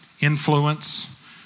influence